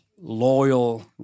loyal